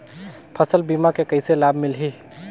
फसल बीमा के कइसे लाभ मिलही?